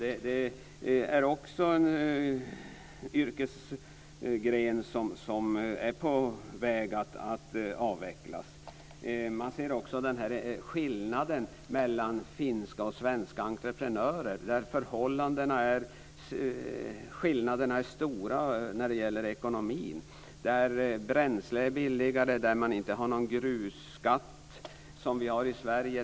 Fisket är också en yrkesgren som är på väg att avvecklas. Man ser också skillnaden mellan finska och svenska entreprenörer. Skillnaderna är stora när det gäller ekonomin. Bränsle är billigare, och man har inte någon grusskatt som vi har i Sverige.